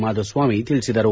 ಮಾಧುಸ್ವಾಮಿ ತಿಳಿಸಿದರು